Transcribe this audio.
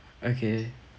okay